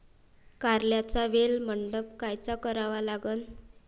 कारल्याचा वेल मंडप कायचा करावा लागन?